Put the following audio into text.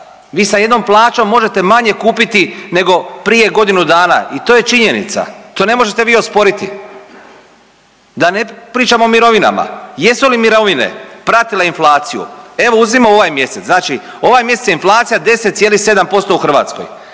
Vi sa jednom plaćom možete manje kupiti nego prije godinu dana i to je činjenica, to ne možete vi osporiti. Da ne pričam o mirovinama. Jesu li mirovine pratile inflaciju? Evo uzmimo ovaj mjesec. Znači ovaj je mjesec je inflacija 10,7% u Hrvatskoj.